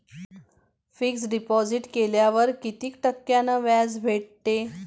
Fix deposit केल्यावर कितीक टक्क्यान व्याज भेटते?